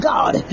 God